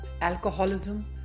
alcoholism